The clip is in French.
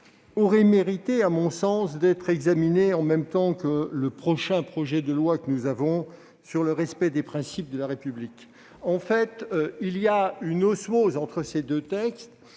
aurait mérité, à mon sens, d'être examinée en même temps que le prochain projet de loi confortant le respect des principes de la République, car il existe une osmose entre ces deux textes.